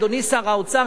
אדוני שר האוצר,